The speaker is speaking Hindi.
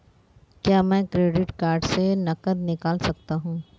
क्या मैं क्रेडिट कार्ड से नकद निकाल सकता हूँ?